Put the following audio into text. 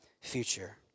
future